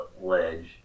ledge